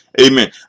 Amen